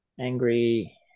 Angry